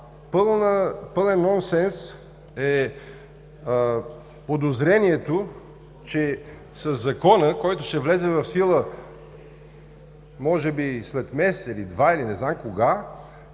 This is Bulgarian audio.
Пълен нонсенс е подозрението, че със Закона, който ще влезе в сила може би след месец, два или не знам кога,